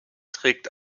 trägt